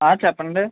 చెప్పండి